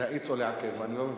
להאיץ או לעכב, אני לא מבין.